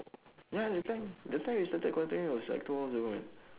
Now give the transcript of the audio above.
!wow! ya that time that time we started contacting was like two hours ago man